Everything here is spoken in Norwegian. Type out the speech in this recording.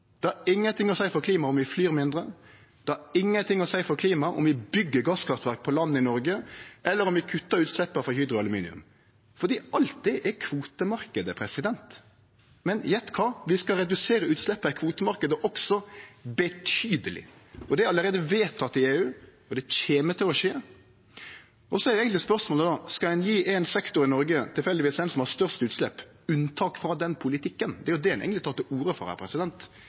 det har ingenting å seie for klimaet om vi flyr mindre, det har ingenting å seie for klimaet om vi byggjer gasskraftverk på land i Noreg, eller om vi kuttar i utsleppa frå Hydro Aluminium – fordi alt det er kvotemarknaden. Men gjett kva? Vi skal redusere utsleppa i kvotemarknaden også, betydeleg, og det er allereie vedteke i EU, og det kjem til å skje. Då er eigentleg spørsmålet: Skal ein gje éin sektor i Noreg – tilfeldigvis den som har størst utslepp – unntak frå den politikken? Det er jo det ein eigentleg tek til orde for her.